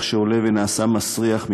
ריח שעולה ונעשה מסריח,